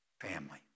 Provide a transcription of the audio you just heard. family